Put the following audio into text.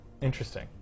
interesting